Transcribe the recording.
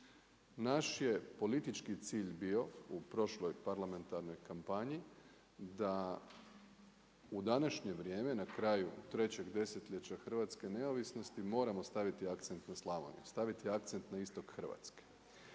Naš je politički cilj bio u prošloj parlamentarnoj kampanji da u današnje vrijeme na kraju trećeg desetljeća hrvatske neovisnosti moramo staviti akcent na Slavoniju, staviti akcent na istok Hrvatske.